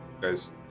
Guys